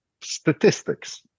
statistics